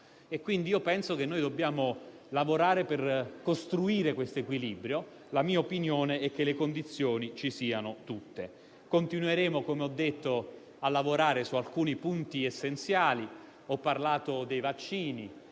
quindi che dobbiamo lavorare per costruire questo equilibrio; la mia opinione è che le condizioni ci siano tutte. Come ho detto, continueremo a lavorare su alcuni punti essenziali. Ho parlato dei vaccini: